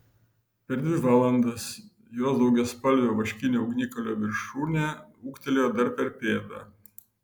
per dvi valandas jos daugiaspalvio vaškinio ugnikalnio viršūnė ūgtelėjo dar per pėdą